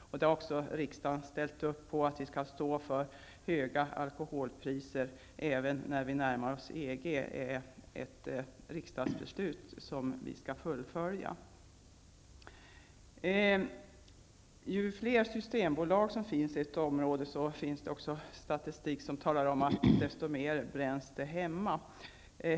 Riksdagen har också ställt upp på att vi skall stå för höga alkoholpriser även när vi närmar oss EG. Det är ett riksdagsbeslut som vi skall fullfölja. Ju fler systembolag som finns i ett område desto mer bränns det hemma i samma område enligt statistiken.